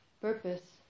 purpose